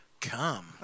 come